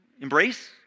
embrace